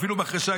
אפילו מחרשה,